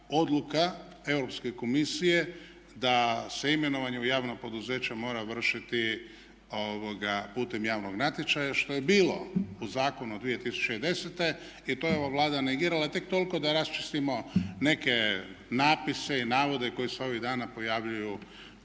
odluka Europske komisije da se imenovanje u javno poduzeće mora vršiti putem javnog natječaja što je bilo u zakonu od 2010. i to je ova Vlada negirala tek toliko da raščistimo neke napise i navode koji se ovih dana pojavljuju